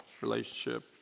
Relationship